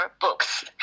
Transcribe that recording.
books